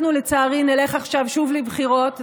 אנחנו לצערי נלך עכשיו שוב לבחירות,